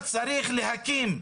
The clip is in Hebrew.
אז אני גם אעכב את הוועדה מתי שבא לי.